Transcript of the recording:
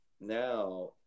now